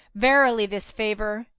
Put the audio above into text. verily this favour,